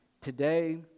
today